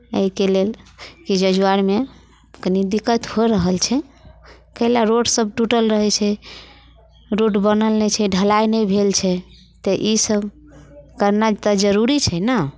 एहिके लेल ई जजुआरमे कनी दिक्कत हो रहल छै कैला रोडसब टूटल रहैत छै रोड बनल नहि छै ढलाइ नहि भेल छै तऽ ईसभ कयनाइ तऽ जरूरी छै ने